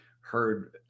heard